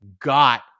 got